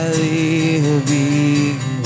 living